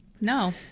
no